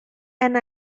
and